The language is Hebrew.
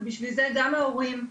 ובשביל זה גם ההורים,